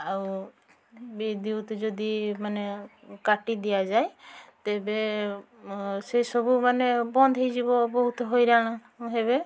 ଆଉ ବିଦ୍ୟୁତ୍ ଯଦି ମାନେ କାଟି ଦିଆଯାଏ ତେବେ ସେ ସବୁ ମାନେ ବନ୍ଦ ହେଇଯିବ ବହୁତ ହଇରାଣ ହେବେ